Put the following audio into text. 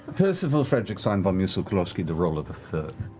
percival fredrickstein von musel klossowski de rolo the third.